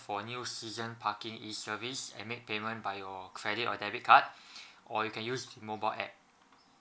for new season parking E service and make payment by your credit or debit card or you can use mobile app